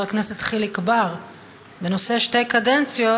הכנסת חיליק בר בנושא שתי קדנציות.